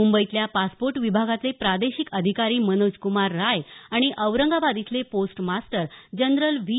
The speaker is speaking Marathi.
मुंबईतल्या पासपोर्ट विभागाचे प्रादेशिक अधिकारी मनोजक्मार राय आणि औरंगाबाद इथले पोस्ट मास्टर जनरल व्ही